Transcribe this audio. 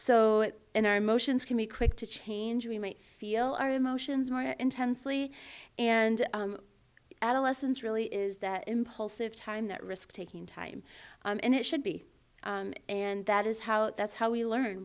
so in our emotions can be quick to change we might feel our emotions more intensely and adolescence really is that impulsive time that risk taking time and it should be and that is how that how we learn